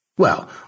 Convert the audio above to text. Well